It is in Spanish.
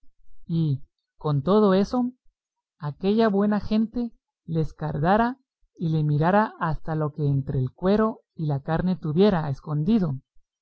y con todo eso aquella buena gente le escardara y le mirara hasta lo que entre el cuero y la carne tuviera escondido